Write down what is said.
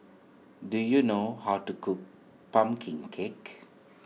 do you know how to cook Pumpkin Cake